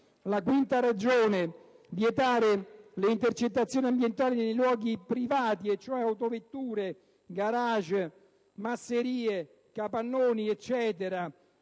è la seguente: «Vietare le intercettazioni ambientali nei luoghi privati - cioè autovetture, garage, masserie, capannoni eccetera